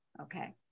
okay